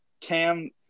Cam